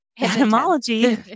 etymology